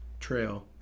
Trail